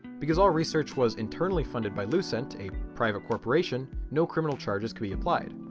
because all research was internally funded by lucent, a private corporation, no criminal charges could be applied.